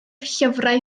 llyfrau